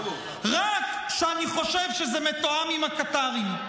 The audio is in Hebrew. רק שאני חושב שזה מתואם עם הקטרים,